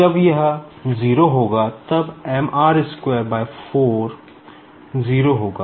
जब यह 0 होगा तब 0 होगा